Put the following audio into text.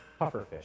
pufferfish